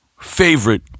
favorite